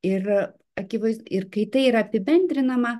ir akivaiz ir kai tai yra apibendrinama